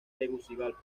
tegucigalpa